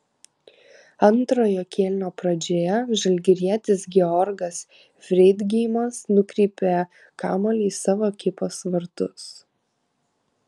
antrojo kėlinio pradžioje žalgirietis georgas freidgeimas nukreipė kamuolį į savo ekipos vartus